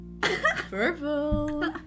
Purple